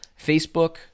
Facebook